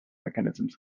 mechanisms